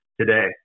today